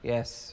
Yes